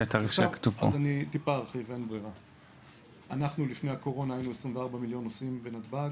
אנחנו לפני הקורונה היינו 24 מיליון נוסעים בנתב"ג,